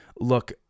Look